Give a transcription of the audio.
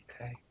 Okay